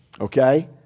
okay